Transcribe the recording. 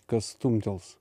kas stumtels